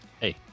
Hey